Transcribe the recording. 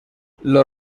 los